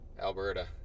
Alberta